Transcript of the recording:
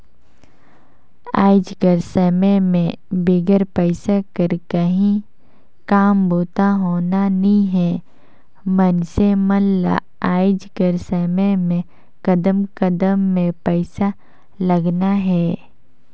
आएज कर समे में बिगर पइसा कर काहीं काम बूता होना नी हे मइनसे मन ल आएज कर समे में कदम कदम में पइसा लगना हे